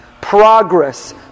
progress